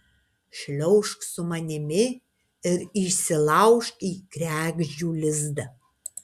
šliaužk su manimi ir įsilaužk į kregždžių lizdą